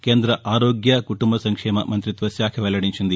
కేంద్ర ఆర్యోగ్య కుటుంబ సంక్షేమ మంతిత్వ శాఖ వెల్లడించింది